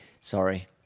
sorry